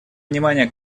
внимания